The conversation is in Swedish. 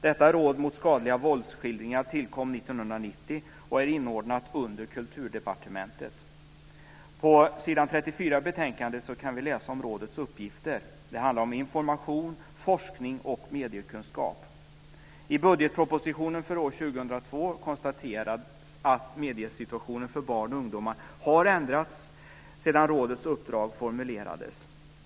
Detta råd mot skadliga våldsskildringar tillkom 1990 och är inordnat under Kulturdepartementet. På s. 34 i betänkandet kan vi läsa om rådets uppgifter. Det handlar om information, forskning och mediekunskap. I budgetpropositionen för år 2002 konstateras att mediesituationen för barn och ungdomar har ändrats sedan rådets uppdrag formulerades.